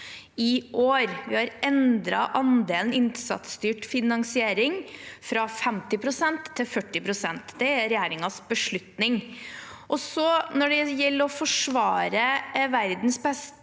Vi har endret andelen innsatsstyrt finansiering fra 50 pst. til 40 pst. Det er regjeringens beslutning. Når det gjelder å forsvare verdens beste